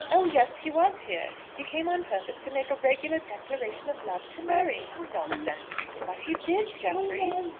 oh, yes he was here. he came on purpose to make a regular declaration of love to mary. nonsense. but he did, jeffrey.